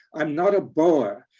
i'm not a boer.